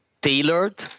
tailored